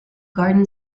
garden